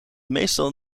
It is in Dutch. meestal